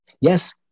Yes